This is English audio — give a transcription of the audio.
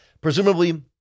presumably